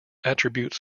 attribute